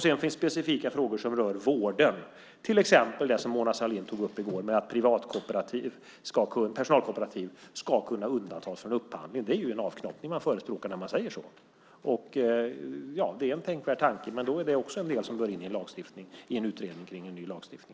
Sedan finns det specifika frågor som rör vården, till exempel det som Mona Sahlin tog upp i går om att personalkooperativ ska kunna undantas från upphandling. Det är en avknoppning man förespråkar när man säger så. Det är en tänkvärd tanke, men det är en del i det som bör gå in i en utredning kring en ny lagstiftning.